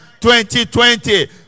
2020